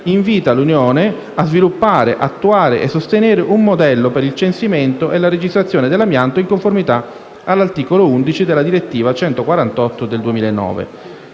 invita l'Unione europea a sviluppare, attuare e sostenere un modello per il censimento e la registrazione dell'amianto in conformità dell'articolo 11 della direttiva n. 148 del 2009.